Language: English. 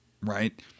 right